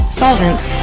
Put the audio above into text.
solvents